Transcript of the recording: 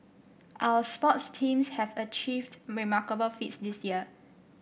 our sports teams have achieved remarkable feats this year